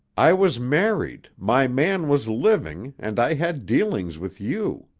i was married, my man was living, and i had dealings with you.